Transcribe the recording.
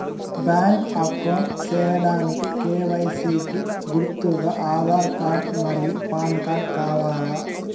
Bank account సేయడానికి KYC కి గుర్తుగా ఆధార్ కార్డ్ మరియు పాన్ కార్డ్ కావాలా?